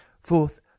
Fourth